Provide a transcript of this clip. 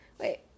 Wait